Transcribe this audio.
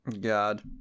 God